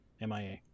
MIA